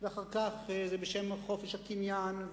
ואחר כך זה בשם חופש הקניין,